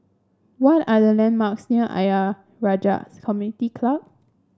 what are the landmarks near Ayer Rajah Community Club